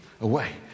away